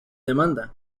demanda